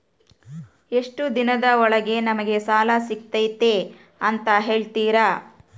ಎಷ್ಟು ದಿನದ ಒಳಗೆ ನಮಗೆ ಸಾಲ ಸಿಗ್ತೈತೆ ಅಂತ ಹೇಳ್ತೇರಾ?